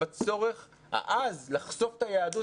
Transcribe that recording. בצורך העז לחשוף את היהדות,